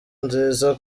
nziza